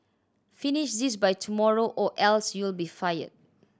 finish this by tomorrow or else you'll be fired